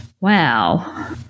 Wow